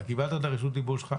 אתה קיבלת את רשות הדיבור שלך.